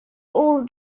all